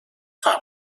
fam